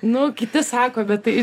nu kiti sako bet tai